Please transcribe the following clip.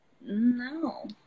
no